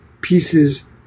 pieces